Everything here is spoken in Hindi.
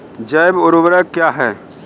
जैव ऊर्वक क्या है?